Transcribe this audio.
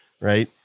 Right